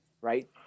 right